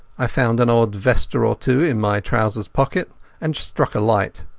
i found an odd vesta or two in my trouser pockets and struck a light.